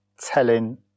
telling